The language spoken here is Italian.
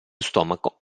stomaco